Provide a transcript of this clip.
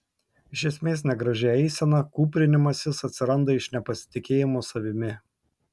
iš esmės negraži eisena kūprinimasis atsiranda iš nepasitikėjimo savimi